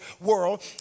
world